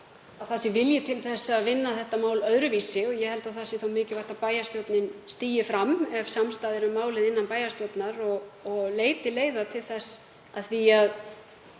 og vilji til að vinna þetta mál öðruvísi og ég held að það sé mikilvægt að bæjarstjórnin stígi fram ef samstaða er um málið innan bæjarstjórnar og leiti leiða til þess. Eftir